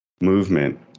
movement